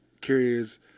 Curious